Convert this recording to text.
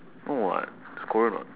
no what it's korean [what]